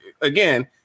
again